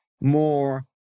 more